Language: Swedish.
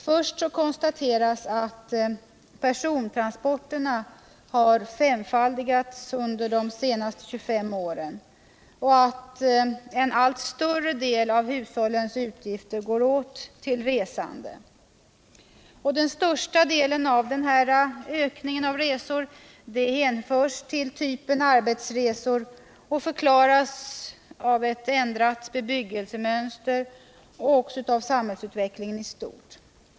Först konstateras att persontransporterna har femfaldigats under de senaste 25 åren och att en allt större del av hushållens utgifter går åt till resande. Den största delen av ökningen av resorna hänförs till typen arbetsresor och förklaras av ett ändrat bebyggelsemönster och av samhällsutvecklingen i stort.